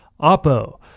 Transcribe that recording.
OPPO